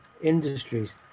industries